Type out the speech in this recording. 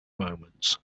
moments